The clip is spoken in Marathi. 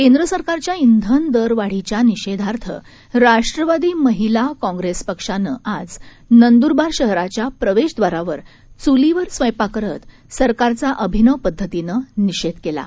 केंद्र सरकारच्या श्रेन दरवाढीच्या निषेधार्थ राष्ट्रवादी महिला काँप्रेस पक्षाच्या वतीनं नंदूरबार शहराच्या प्रवेशद्वारावर चुलीवर स्वयंपाक करत सरकारचा अभिनव पद्धतीनं करत निषेधकेला आहे